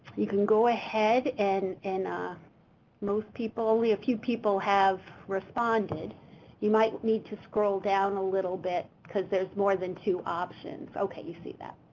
you can go ahead and and most people only a few people have responded you might need to scroll down a little bit because there's more than two options. ok, you see that.